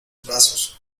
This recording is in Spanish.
brazos